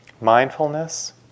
mindfulness